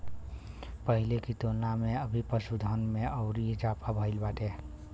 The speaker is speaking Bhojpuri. पहिले की तुलना में अभी पशुधन में अउरी इजाफा भईल बाटे